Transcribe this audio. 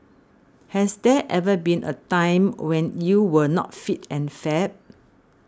has there ever been a time when you were not fit and fab